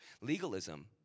legalism